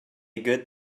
good